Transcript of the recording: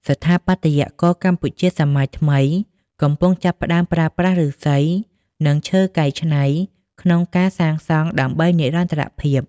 ស្ថាបត្យករកម្ពុជាសម័យថ្មី កំពុងចាប់ផ្ដើមប្រើប្រាស់ឫស្សី និងឈើកែច្នៃ ក្នុងការសាងសង់ដើម្បីនិរន្តរភាព។